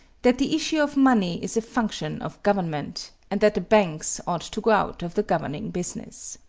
that the issue of money is a function of government, and that the banks ought to go out of the governing business.